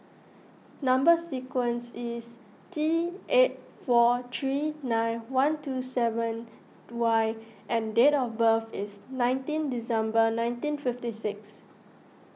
Number Sequence is T eight four three nine one two seven Y and date of birth is nineteen December nineteen fifty six